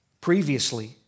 previously